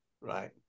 right